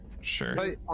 Sure